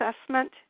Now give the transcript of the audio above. assessment